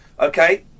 Okay